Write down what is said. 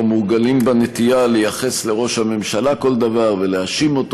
מורגלים בנטייה לייחס לראש הממשלה כל דבר ולהאשים אותו